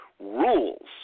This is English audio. rules